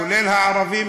כולל הערבים,